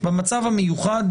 במצב המיוחד,